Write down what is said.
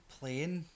playing